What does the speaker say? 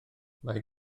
mae